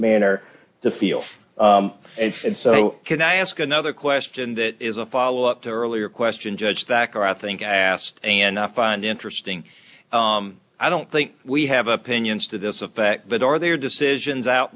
manner to feel and and so can i ask another question that is a follow up to earlier question judge that or i think i asked and i find interesting i don't think we have opinions to this effect but are there decisions out